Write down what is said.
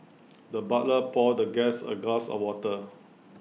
the butler poured the guest A glass of water